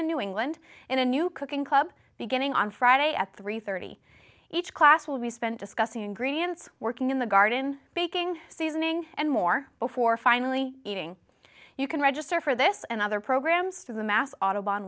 in new england in a new cooking club beginning on friday at three thirty each class will be spent discussing ingredients working in the garden baking seasoning and more before finally eating you can register for this and other programs to the mass au